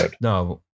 No